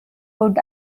would